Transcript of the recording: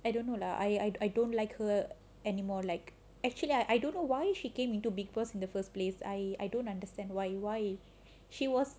I don't know lah I I don't like her anymore like actually I I don't know why she came into vikus in the first place I I don't understand why why she was